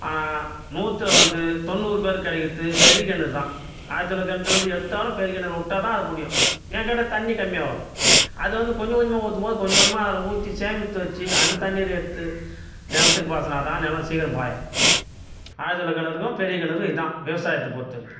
ஆனால் நூற்றுல வந்து தொண்ணூறு பேருக்கு கிடைக்கிறது பெரிய கிணறுதான் ஆழ்துளை கிணத்துலந்து எடுத்தாலும் பெரிய கிணறுல விட்டாதான் அது முடியும் ஏன் கேட்டால் தண்ணி கம்மியாக வரும் அது வந்து கொஞ்சம் கொஞ்சமா ஊற்றும்போது கொஞ்சம் கொஞ்சமாக அதில் ஊற்றி சேமிச்சு வச்சு அந்த தண்ணீர் எடுத்து நிலத்துக்கு பாசனாதான் நிலம் சீக்கிரம் பாயும் ஆழ்துளைக்கிணறுக்கும் பெரிய கிணறும் இதுதான் விவசாயத்தை பொறுத்த வரைக்கும்